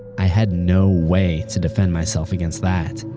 i had no way to defend myself against that.